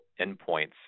endpoints